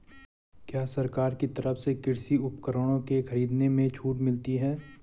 क्या सरकार की तरफ से कृषि उपकरणों के खरीदने में छूट मिलती है?